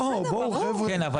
כן, אבל